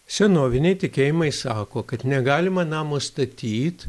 senoviniai tikėjimai sako kad negalima namo statyt